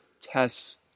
tests